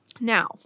Now